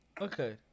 Okay